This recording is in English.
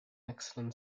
excellent